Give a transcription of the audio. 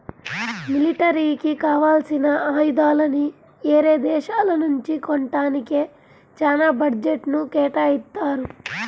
మిలిటరీకి కావాల్సిన ఆయుధాలని యేరే దేశాల నుంచి కొంటానికే చానా బడ్జెట్ను కేటాయిత్తారు